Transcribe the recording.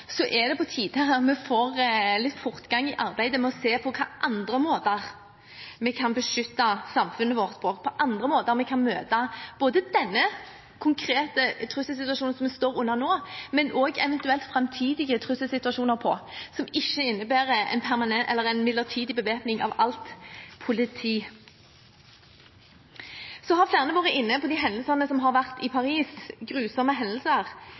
så uavklart med tanke på endetidspunkt, er det på tide at vi får litt fortgang i arbeidet med å se på hvilke andre måter vi kan beskytte samfunnet vårt på, hvilke andre måter vi kan møte denne konkrete trusselsituasjonen som vi nå står overfor på, men også eventuelt framtidige trusselsituasjoner, som ikke innebærer en midlertidig bevæpning av alt politi. Så har flere vært inne på hendelsene i Paris – grusomme og alvorlige hendelser